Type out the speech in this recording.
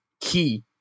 key